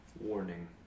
Warning